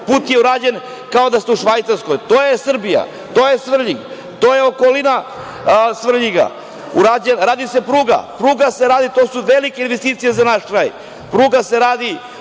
Put je urađen kao da ste u Švajcarskoj. To je Srbija, to je Svrljig, to je okolina Svrljiga. Radi se pruga. To su velike investicije za naš kraj.